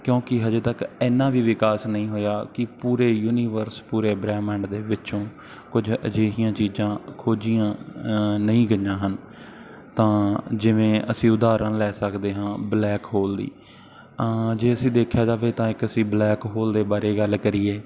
ਕਿਉਂਕਿ ਹਜੇ ਤੱਕ ਇਨਾ ਵੀ ਵਿਕਾਸ ਨਹੀਂ ਹੋਇਆ ਕਿ ਪੂਰੇ ਯੂਨੀਵਰਸ ਪੂਰੇ ਬ੍ਰਹਮੰਡ ਦੇ ਵਿੱਚੋਂ ਕੁਝ ਅਜਿਹੀਆਂ ਚੀਜ਼ਾਂ ਖੋਜੀਆਂ ਨਹੀਂ ਗਈਆਂ ਹਨ ਤਾਂ ਜਿਵੇਂ ਅਸੀਂ ਉਦਾਹਰਣ ਲੈ ਸਕਦੇ ਹਾਂ ਬਲੈਕ ਹੋਲ ਦੀ ਜੇ ਅਸੀਂ ਦੇਖਿਆ ਜਾਵੇ ਤਾਂ ਇੱਕ ਅਸੀਂ ਬਲੈਕ ਹੋਲ ਦੇ ਬਾਰੇ ਗੱਲ ਕਰੀਏ